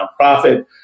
nonprofit